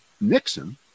Nixon